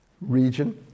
region